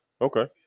okay